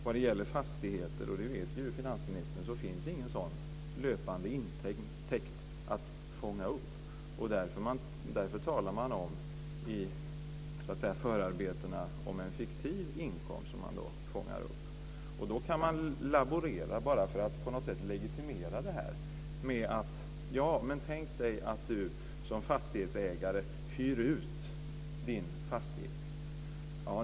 Vad det gäller fastigheter - det vet finansministern - finns ingen sådan löpande intäkt att fånga upp, och därför talar man i förarbetena om en fiktiv inkomst som man fångar upp. Då kan man laborera, bara för att legitimera detta, med att säga så här: Tänk dig att du som fastighetsägare hyr ut din fastighet.